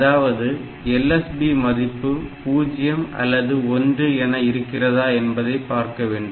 அதாவது LSB மதிப்பு 0 அல்லது 1 என இருக்கிறதா என்பதை பார்க்க வேண்டும்